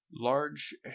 large